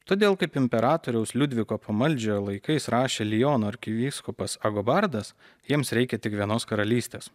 todėl kaip imperatoriaus liudviko pamaldžiojo laikais rašė liono arkivyskupas agobardas jiems reikia tik vienos karalystės